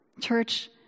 Church